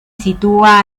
sitúa